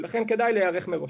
ולכן כדאי להיערך מראש.